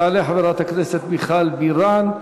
תעלה חברת הכנסת מיכל בירן,